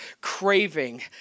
craving